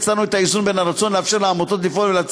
יצרנו את האיזון בין הרצון לאפשר לעמותות לפעול ולהפיץ